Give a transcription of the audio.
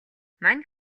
мань